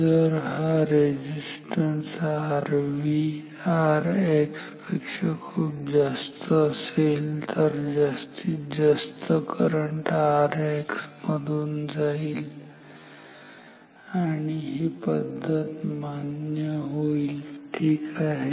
जर हा resistance Rv Rx पेक्षा खूप जास्त असेल तर तर जास्तीत जास्त करंट Rx मधून जाईल आणि ही पद्धत मान्य होईल ठीक आहे